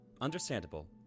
Understandable